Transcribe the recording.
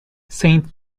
saint